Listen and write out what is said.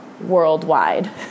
worldwide